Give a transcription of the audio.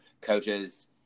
coaches